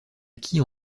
acquis